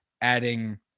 adding